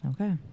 Okay